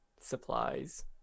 supplies